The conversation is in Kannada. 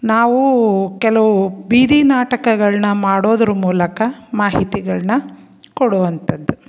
ನಾವು ಕೆಲವು ಬೀದಿ ನಾಟಕಗಳನ್ನ ಮಾಡೋದ್ರ ಮೂಲಕ ಮಾಹಿತಿಗಳನ್ನ ಕೊಡುವಂಥದ್ದು